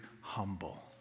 humble